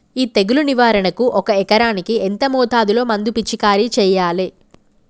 ఈ తెగులు నివారణకు ఒక ఎకరానికి ఎంత మోతాదులో మందు పిచికారీ చెయ్యాలే?